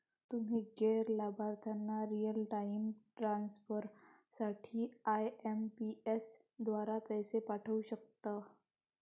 तुम्ही गैर लाभार्थ्यांना रिअल टाइम ट्रान्सफर साठी आई.एम.पी.एस द्वारे पैसे पाठवू शकता